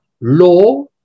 law